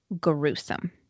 gruesome